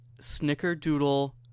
snickerdoodle